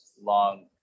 long